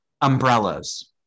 Umbrellas